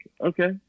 okay